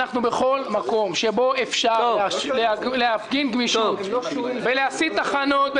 בכל מקום שבו אפשר להפגין גמישות בלהסיט תחנות,